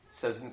says